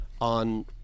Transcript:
on